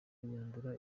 yandura